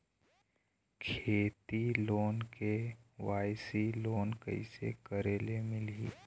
खेती loan KYC loan कइसे करे ले मिलही?